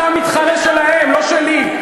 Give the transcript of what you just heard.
אתה מתחרה שלהם, לא שלי.